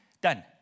Done